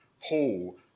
Paul